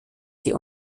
die